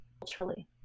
culturally